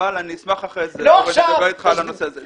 אשמח אחר כך לדבר אתך על הנושא הזה.